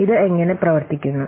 ഇത് എങ്ങനെ പ്രവർത്തിക്കുന്നു